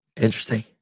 Interesting